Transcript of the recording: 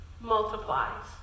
multiplies